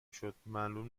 شد، معلوم